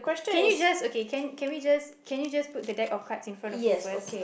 can you just okay can can we just can you just put the deck of cards in front of you first